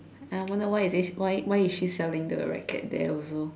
I wonder why is this why why is she selling the racket there also